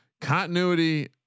continuity